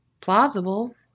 plausible